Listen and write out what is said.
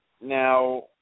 Now